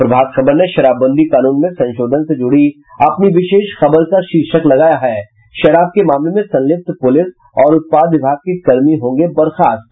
प्रभात खबर ने शराबबंदी कानून में संशोधन से जुड़ी अपनी विशेष खबर का शीर्षक लगाया है शराब के मामले में संलिप्त पुलिस और उत्पाद विभाग के कर्मी होंगे बर्खास्त